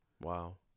Wow